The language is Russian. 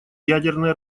ядерное